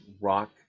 rock